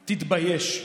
תתבייש.